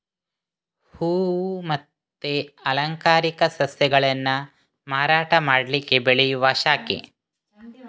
ಹೂವು ಮತ್ತೆ ಅಲಂಕಾರಿಕ ಸಸ್ಯಗಳನ್ನ ಮಾರಾಟ ಮಾಡ್ಲಿಕ್ಕೆ ಬೆಳೆಯುವ ಶಾಖೆ